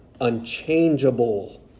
unchangeable